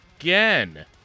again